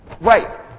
Right